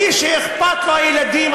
מי שאכפת לו מהילדים,